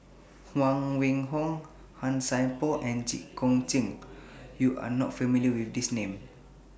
Huang Wenhong Han Sai Por and Jit Koon Ch'ng YOU Are not familiar with These Names